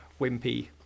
wimpy